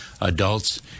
adults